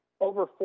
over